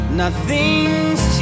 nothing's